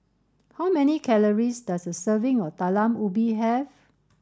how many calories does a serving of Talam Ubi Have